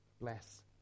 bless